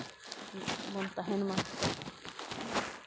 ᱵᱚᱱ ᱛᱟᱦᱮᱱ ᱢᱟ